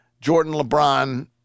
Jordan-LeBron –